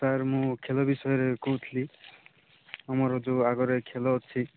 sir ମୁଁ ଖେଳ ବିଷୟରେ କହୁଥିଲି ଆମର ଯେଉଁ ଆଗରେ ଖେଳ ଅଛି